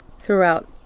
throughout